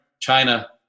China